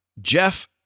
Jeff